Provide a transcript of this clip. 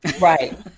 Right